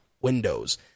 Windows